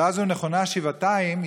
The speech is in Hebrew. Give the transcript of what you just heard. השאלה הזאת נכונה שבעתיים,